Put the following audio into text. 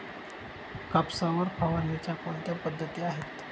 कापसावर फवारणीच्या कोणत्या पद्धती आहेत?